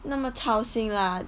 那么操心 lah